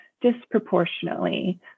disproportionately